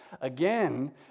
again